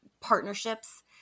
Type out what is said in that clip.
partnerships